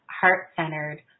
heart-centered